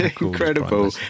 Incredible